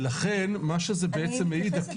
ולכן מה שזה בעצם מעיד.